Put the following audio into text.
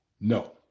No